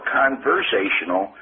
conversational